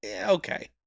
Okay